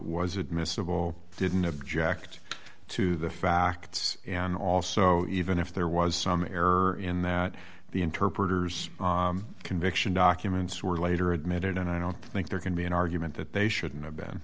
was admissible didn't object to the facts and also even if there was some error in that the interpreter's conviction documents were later admitted and i don't think there can be an argument that they shouldn't